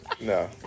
no